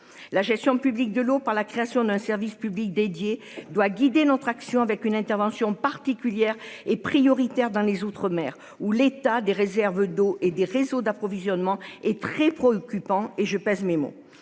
La gestion publique de l'eau par la création d'un service public dédié doit guider notre action avec une intervention particulière et prioritaire dans les outre-mer où l'état des réserves d'eau et des réseaux d'approvisionnement est très préoccupant et je pèse mes mots,